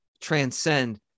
transcend